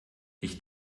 ich